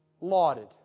lauded